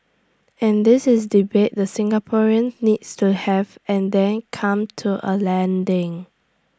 and this is debate the Singaporeans needs to have and then come to A landing